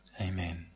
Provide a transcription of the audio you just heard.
amen